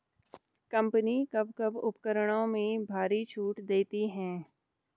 Company कब कब उपकरणों में भारी छूट देती हैं?